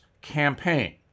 Campaign